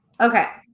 Okay